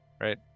right